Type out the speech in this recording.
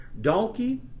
donkey